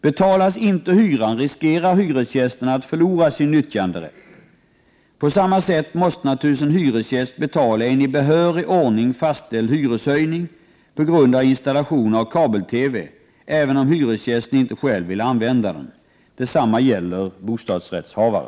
Betalas inte hyran, riskerar hyresgästen att förlora sin nyttjanderätt. På samma sätt måste naturligtvis en hyresgäst betala en i behörig ordning fastställd hyreshöjning på grund av installation av kabel-TV, även om hyresgästen inte själv vill utnyttja denna. Detsamma gäller bostadsrättshavare.